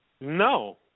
No